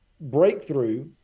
breakthrough